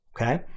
Okay